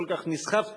כל כך נסחפתי.